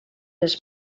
les